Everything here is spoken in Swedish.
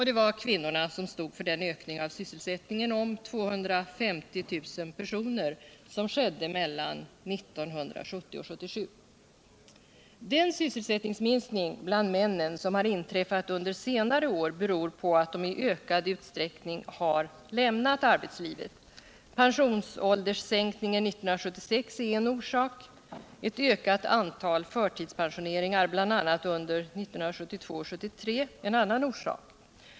Det var kvinnorna som stod för den ökning av sysselsättningen om 250 000 personer som skedde mellan 1970 och 1977. Den sysselsättningsminskning bland männen som inträffat under senare år beror på att de i ökad utsträckning har lämnat arbetslivet. Pensionsålderssänkningen 1976 är en orsak, ett ökat antal förtidspensioneringar — bl.a. under 1972 och 1973 — en annan orsak.